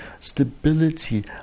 stability